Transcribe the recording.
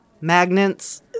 Magnets